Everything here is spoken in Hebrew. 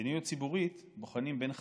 ובמדיניות ציבורית בוחנים בין חלופות.